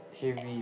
Heavy